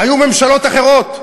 היו ממשלות אחרות,